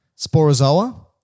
Sporozoa